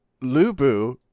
Lubu